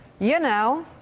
you know,